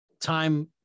time